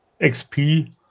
XP